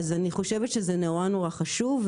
אני חושבת שזה חשוב מאוד.